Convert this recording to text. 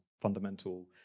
fundamental